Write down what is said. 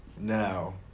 Now